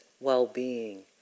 well-being